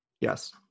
Yes